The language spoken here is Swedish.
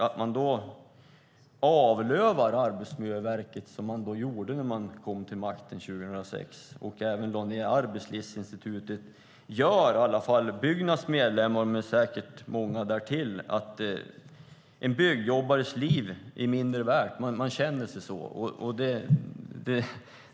Att man då avlövar Arbetsmiljöverket så som man gjorde när man kom till makten 2006, och även lägger ned Arbetslivsinstitutet, gör säkert att i alla fall Byggnads medlemmar - och säkert många därtill - känner att en byggjobbares liv är mindre värt.